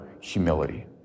humility